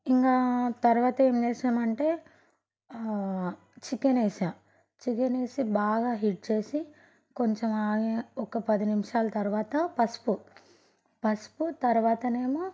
ఇంక తర్వాత ఏం చేసాం అంటే చికెన్ వేసాను చికెన్ వేసి బాగా హీట్ చేసి కొంచం అలాగే ఒక పది నిమిషాల తర్వాత పసుపు పసుపు తర్వాత ఏమో